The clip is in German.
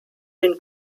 den